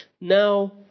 now